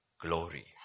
Glory